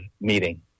meeting